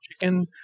Chicken